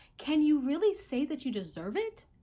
can you really say that you deserve it?